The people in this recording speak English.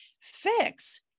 Fix